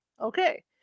Okay